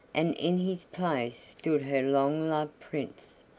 and in his place stood her long-loved prince!